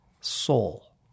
soul